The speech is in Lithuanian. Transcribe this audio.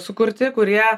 sukurti kurie